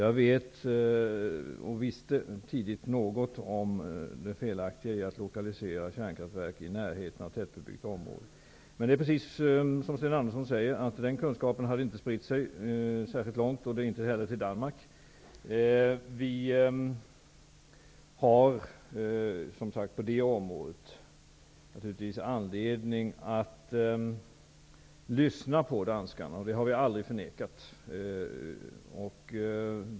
Jag visste tidigt något om det felaktiga i att lokalisera kärnkraftverk i närheten av tätbebyggt område. Men, som Sten Andersson sade, den kunskapen hade inte spritt sig särskilt långt, inte heller till Danmark. Vi har naturligtvis all anledning att lyssna på danskarna, och det har vi aldrig förnekat.